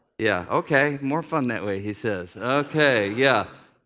yeah, ok. more fun that way, he says. ok, yeah.